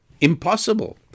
Impossible